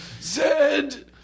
Zed